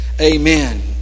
Amen